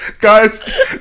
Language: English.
guys